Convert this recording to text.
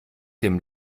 dem